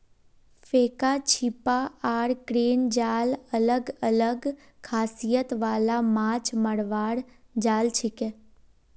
फेका छीपा आर क्रेन जाल अलग अलग खासियत वाला माछ मरवार जाल छिके